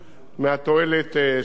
מהתועלת שבכבישים האלה.